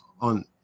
on